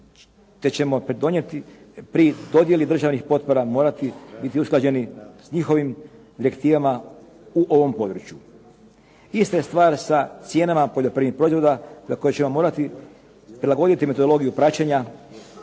te ćemo donijeti pri dodjeli državnih potpora morati biti usklađeni s njihovim direktivama u ovom području. Ista je stvar sa cijenama u poljoprivrednih proizvoda za koje ćemo morati prilagoditi metodologiju praćenja